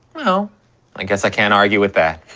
well i guess i can't argue with that.